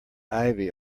ivy